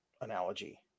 analogy